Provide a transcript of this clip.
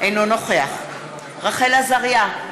אינו נוכח רחל עזריה,